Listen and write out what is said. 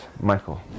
Michael